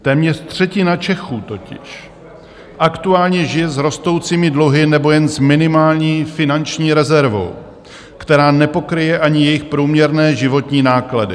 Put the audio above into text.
Téměř třetina Čechů totiž aktuálně žije s rostoucími dluhy nebo jen s minimální finanční rezervou, která nepokryje ani jejich průměrné životní náklady.